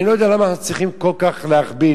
אני לא יודע למה אנחנו צריכים כל כך להכביד.